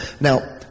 Now